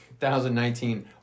2019